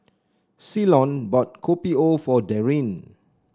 Ceylon bought Kopi O for Darryn